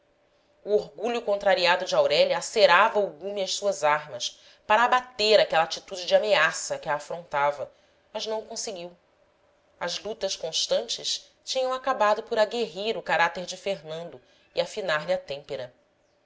o orgulho contrariado de aurélia acerava o gume às suas armas para abater aquela atitude de ameaça que a afrontava mas não o conseguiu as lutas constantes tinham acabado por aguerrir o caráter de fernando e afinar lhe a têmpera